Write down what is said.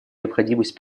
необходимость